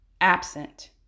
absent